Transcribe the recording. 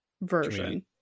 version